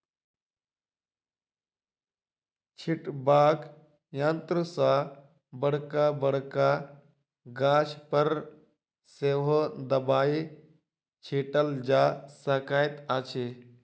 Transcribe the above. छिटबाक यंत्र सॅ बड़का बड़का गाछ पर सेहो दबाई छिटल जा सकैत अछि